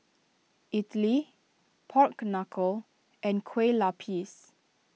Idly Pork Knuckle and Kueh Lupis